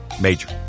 Major